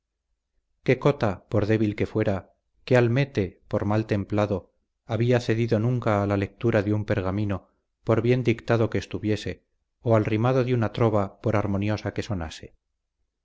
qué cota por débil que fuera qué almete por mal templado había cedido nunca a la lectura de un pergamino por bien dictado que estuviese o al rimado de una trova por armoniosa que sonase